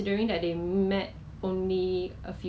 有有有他的 mask 很舒服 eh